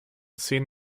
zehn